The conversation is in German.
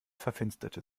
verfinsterte